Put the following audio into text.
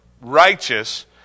righteous